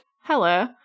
hello